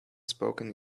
spoken